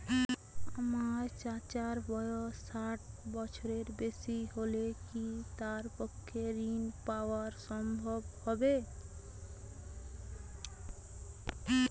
আমার চাচার বয়স ষাট বছরের বেশি হলে কি তার পক্ষে ঋণ পাওয়া সম্ভব হবে?